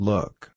Look